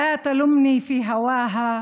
(אומרת דברים בשפה הערבית,